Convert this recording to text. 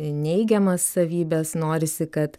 neigiamas savybes norisi kad